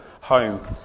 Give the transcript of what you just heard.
home